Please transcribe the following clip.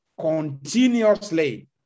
continuously